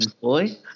boy